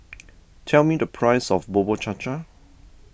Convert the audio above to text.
tell me the price of Bubur Cha Cha